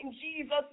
Jesus